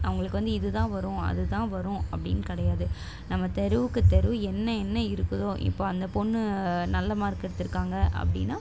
அவர்களுக்கு வந்து இது தான் வரும் அது தான் வரும் அப்டின்னு கிடையாது நம்ம தெருவுக்கு தெரு என்ன என்ன இருக்குதோ இப்போ அந்த பொண்ணு நல்ல மார்க் எடுத்திருக்காங்க அப்படின்னா